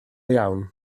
iawn